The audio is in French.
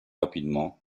rapidement